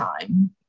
time